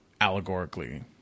allegorically